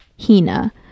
Hina